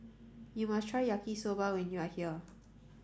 you must try Yaki Soba when you are here